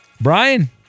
Brian